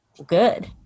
good